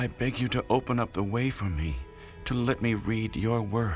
i beg you to open up the way for me to let me read your wor